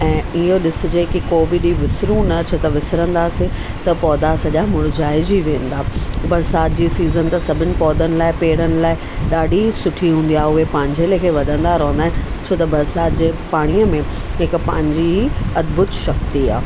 ऐं इहो ॾिसजे की को बि ॾीहुं विसरूं न छो त विसरींदासीं त पौधा सॼा मुरझाइजी वेंदा बरिसाति जी सीज़न त सभिनि पौधनि लाइ पेड़नि लाइ ॾाढी सुठी हूंदी आहे उहे पंहिंजे लेखे वधंदा रहंदा आहिनि छो त बरिसात जे पाणीअ में जेका पंहिंजी अदभुत शक्ति आहे